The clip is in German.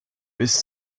bis